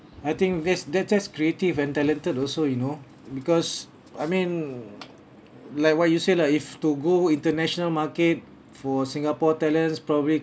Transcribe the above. I think this that's that's creative and talented also you know because I mean like what you say lah if to go international market for singapore talents probably